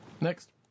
Next